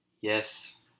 Yes